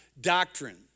doctrine